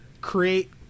create